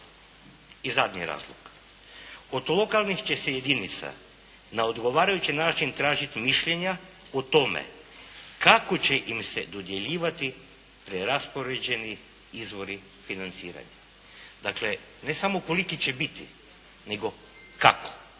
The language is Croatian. I zadnji razlog. Od lokalnih će se jedinica na odgovarajući način tražiti mišljenja o tome kako će im se dodjeljivati preraspoređeni izvori financiranja. Dakle, ne samo koliki će biti nego kako,